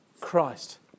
Christ